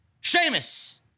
Sheamus